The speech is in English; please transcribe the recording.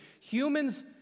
human's